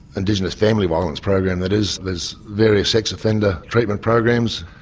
indigenous family violence program, that is. there's various sex offender treatment programs.